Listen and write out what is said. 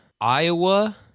Iowa